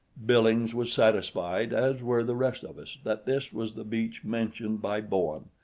billings was satisfied, as were the rest of us, that this was the beach mentioned by bowen,